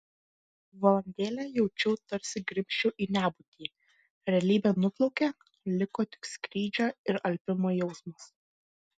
valandėlę jaučiau tarsi grimzčiau į nebūtį realybė nuplaukė liko tik skrydžio ir alpimo jausmas